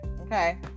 Okay